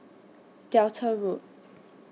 Delta Road